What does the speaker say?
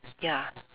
ya